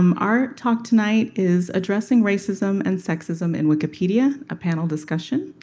um our talk tonight is addressing racism and sexism in wikipedia, a panel discussion.